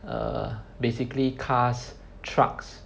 err basically cars trucks bus